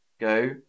go